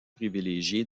privilégié